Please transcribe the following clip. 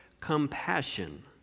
compassion